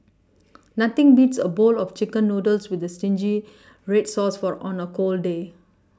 nothing beats a bowl of chicken noodles with zingy red sauce for on a cold day